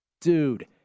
dude